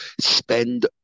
spend